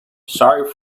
sorry